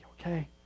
okay